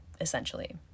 essentially